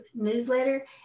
newsletter